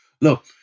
Look